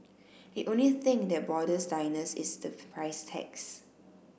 the only thing that bothers diners is the price tags